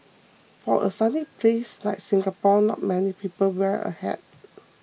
for a sunny place like Singapore not many people wear a hat